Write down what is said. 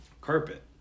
carpet